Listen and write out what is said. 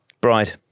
Bride